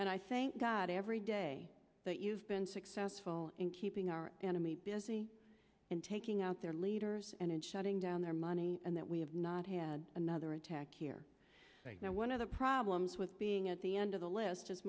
and i thank god every day that you've been successful in keeping our enemy busy in taking out their leaders and shutting down their money and that we have not had another attack here now one of the problems with being at the end of the list